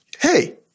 Hey